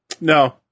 No